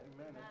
Amen